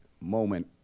moment